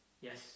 yes